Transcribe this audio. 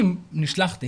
אם נשלחתי